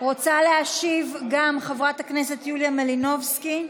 רוצה להשיב גם חברת הכנסת יוליה מלינובסקי,